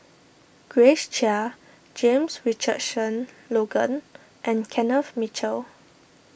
Grace Chia James Richardson Logan and Kenneth Mitchell